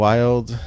Wild